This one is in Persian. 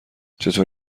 چطور